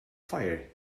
fire